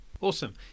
Awesome